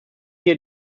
hier